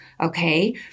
Okay